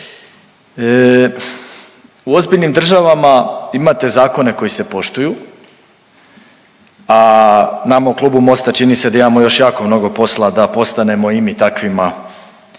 U ozbiljnim državama imate zakone koji se poštuju, a nama u Klubu Mosta čini se da imamo još jako mnogo posla da postanemo i mi takvima.